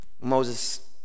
Moses